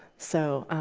so